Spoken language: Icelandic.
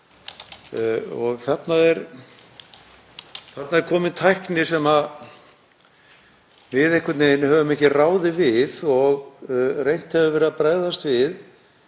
Þarna er komin tækni sem við einhvern veginn höfum ekki ráðið við og reynt hefur verið að bregðast við